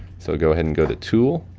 so, go ahead and go to tool,